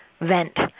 vent